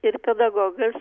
ir pedagogas